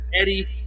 Eddie